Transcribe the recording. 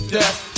death